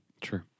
True